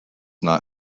not